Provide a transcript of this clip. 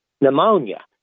pneumonia